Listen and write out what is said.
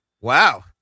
Wow